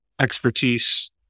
expertise